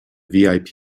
vip